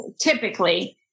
typically